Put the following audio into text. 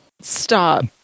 Stop